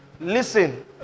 Listen